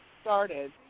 started